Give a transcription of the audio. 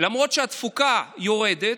למרות שהתפוקה יורדת,